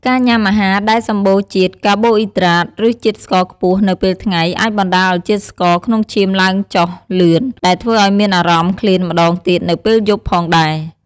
ការញ៉ាំអាហារដែលសម្បូរជាតិកាបូអ៊ីដ្រាត ឬជាតិស្ករខ្ពស់នៅពេលថ្ងៃ អាចបណ្តាលឱ្យជាតិស្ករក្នុងឈាមឡើងចុះលឿន ដែលធ្វើឱ្យមានអារម្មណ៍ឃ្លានម្តងទៀតនៅពេលយប់ផងដែរ។